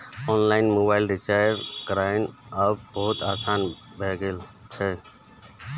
online mobile recharge करनाय आब बहुत आसान भए गेल छै